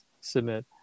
submit